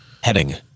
Heading